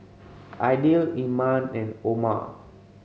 Aidil Iman and Umar